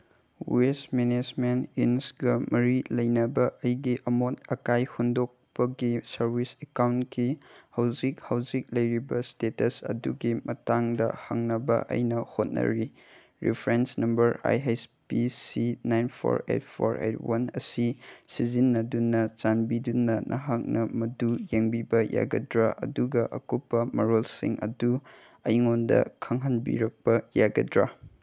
west ꯃꯦꯅꯦꯁꯃꯦꯟ ꯏꯟꯁꯀ ꯃꯔꯤ ꯂꯩꯅꯕ ꯑꯩꯒꯤ ꯑꯃꯣꯠ ꯑꯀꯥꯏ ꯍꯨꯟꯗꯣꯛꯄꯒꯤ ꯁꯔꯚꯤꯁ ꯑꯦꯀꯥꯎꯟꯀꯤ ꯍꯧꯖꯤꯛ ꯍꯧꯖꯤꯛ ꯂꯩꯔꯤꯕ ꯏꯁꯇꯦꯇꯁ ꯑꯗꯨꯒꯤ ꯃꯇꯥꯡꯗ ꯍꯪꯅꯕ ꯑꯩꯅ ꯍꯣꯠꯅꯔꯤ reference number I H P C nine four eight four eight one ꯑꯁꯤ ꯁꯤꯖꯤꯟꯅꯗꯨꯅ ꯆꯥꯟꯕꯤꯗꯨꯅ ꯅꯍꯥꯛꯅ ꯃꯗꯨ ꯌꯦꯡꯕꯤꯕ ꯌꯥꯒꯗ꯭ꯔꯥ ꯑꯗꯨꯒ ꯑꯀꯨꯞꯄ ꯃꯔꯣꯜꯁꯤꯡ ꯑꯗꯨ ꯑꯩꯉꯣꯟꯗ ꯈꯪꯍꯟꯕꯤꯔꯛꯄ ꯌꯥꯒꯗ꯭ꯔꯥ